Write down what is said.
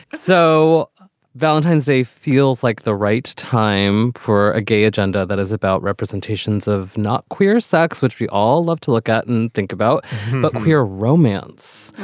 so valentine's day feels like the right time for a gay agenda. that is about representations of not queer sex, which we all love to look at and think about but queer romance,